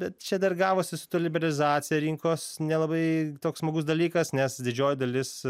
bet čia dar gavosi su ta liberalizacija rinkos nelabai toks smagus dalykas nes didžioji dalis